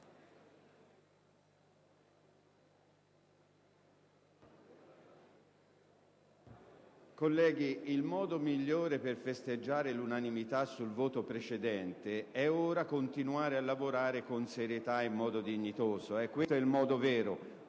Il modo migliore per festeggiare l'unanimità sul voto precedente è ora quello di continuare a lavorare con serietà e in modo dignitoso. È questo il modo vero,